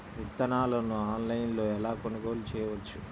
విత్తనాలను ఆన్లైనులో ఎలా కొనుగోలు చేయవచ్చు?